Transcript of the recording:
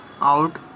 out